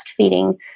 breastfeeding